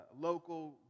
local